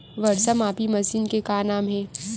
वर्षा मापी मशीन के का नाम हे?